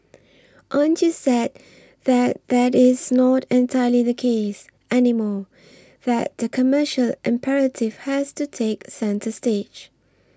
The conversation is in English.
aren't you sad that that is not entirely the case anymore that the commercial imperative has to take centre stage